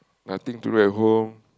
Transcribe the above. nothing to do at home